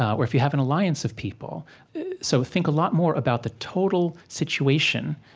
or if you have an alliance of people so think a lot more about the total situation.